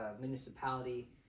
municipality